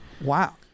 Wow